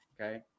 Okay